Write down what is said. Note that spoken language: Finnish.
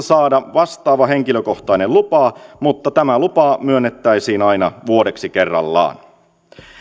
saada vastaava henkilökohtainen lupa mutta tämä lupa myönnettäisiin aina vuodeksi kerrallaan